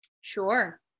Sure